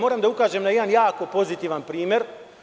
Moram da ukažem na jedan jako pozitivan primer.